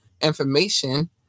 information